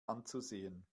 anzusehen